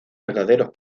verdaderos